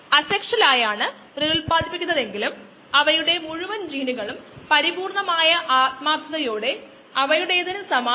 അതിനെക്കുറിച്ചുള്ള ചില ചിന്തകൾ മൊഡ്യൂൾ 2 ലെ കോഴ്സിൽ നമ്മൾ മുമ്പ് കണ്ട ചില ആശയങ്ങളുമായി ബന്ധപ്പെട്ട ഒന്നാണ്